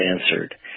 answered